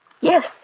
Yes